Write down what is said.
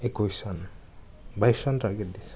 একৈশ ৰাণ বাইছ run target দিছে